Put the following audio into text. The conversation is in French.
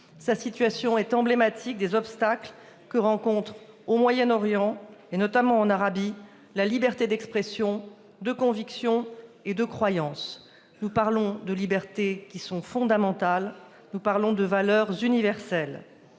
Badawi est emblématique des obstacles que rencontrent au Moyen-Orient, et notamment en Arabie Saoudite, les défenseurs des libertés d'expression, de conviction et de croyance. Nous parlons de libertés qui sont fondamentales. Nous parlons de valeurs universelles.